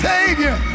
Savior